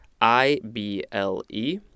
I-B-L-E